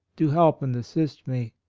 to help and assist me,